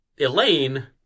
Elaine